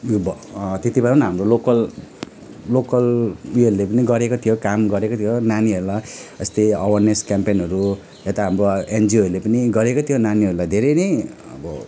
युवा त्यति बेला पनि हाम्रो लोकल लोकल उयोहरूले पनि गरेको थियो काम गरेको थियो नानीहरूलाई यस्तै अवेरनेस केम्पेनहरू यता हाम्रो एनजीओहरूले पनि गरेको थियो नानीहरूलाई धेरै नै अब